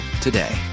today